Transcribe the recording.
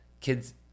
kids